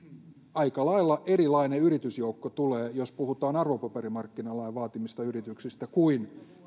aika lailla erilainen yritysjoukko tulee jos puhutaan arvopaperimarkkinalain vaatimista yrityksistä kuin